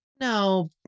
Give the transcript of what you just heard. No